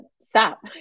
stop